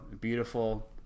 Beautiful